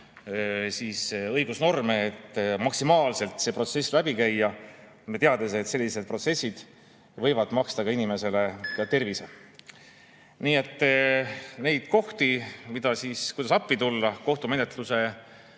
kõiki õigusnorme, et maksimaalselt see protsess läbi käia, teades, et sellised protsessid võivad maksta inimesele ka tervise? Nii et neid kohti, kuidas appi tulla kohtumenetluse